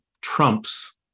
trumps